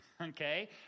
okay